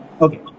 Okay